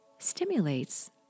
Stimulates